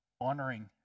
honoring